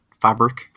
fabric